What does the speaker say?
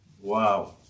Wow